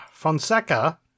fonseca